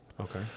Okay